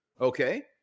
Okay